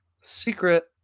Secret